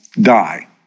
die